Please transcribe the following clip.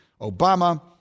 Obama